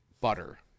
butter